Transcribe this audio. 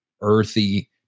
earthy